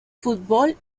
futbol